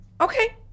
Okay